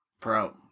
Pro